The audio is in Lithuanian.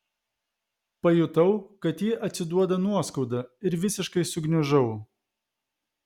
pajutau kad ji atsiduoda nuoskauda ir visiškai sugniužau